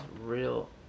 real